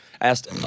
asked